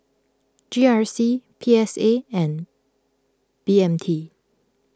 G R C P S A and B M T